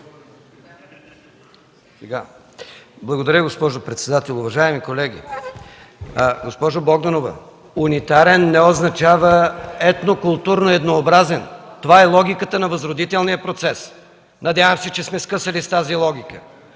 Благодаря, госпожо председател. Уважаеми колеги! Госпожо Добрева, унитарен не означава етнокултурно еднообразен. Това е логиката на Възродителния процес. Надявам се, че сме скъсали с тази логика.